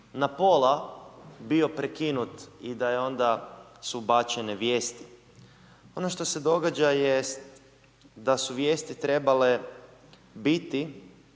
na pola bio prekinut i da je onda, su ubačene vijesti. Ono što se događa jest da su vijesti trebale biti